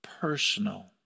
personal